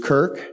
Kirk